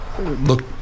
look